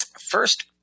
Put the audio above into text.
first